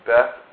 Beth